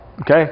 Okay